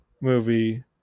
movie